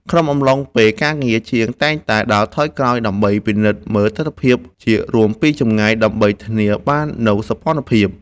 ក្នុងអំឡុងពេលការងារ ជាងតែងតែដើរថយក្រោយដើម្បីពិនិត្យមើលទិដ្ឋភាពជារួមពីចម្ងាយ ដើម្បីធានាបាននូវសោភ័ណភាព។